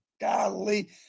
Golly